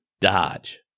Dodge